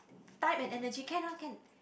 time and energy can lah can